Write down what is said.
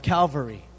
Calvary